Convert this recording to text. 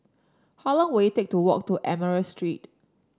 how long will it take to walk to Admiralty Street